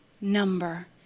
number